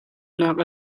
nak